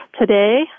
Today